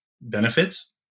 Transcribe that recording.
benefits